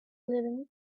living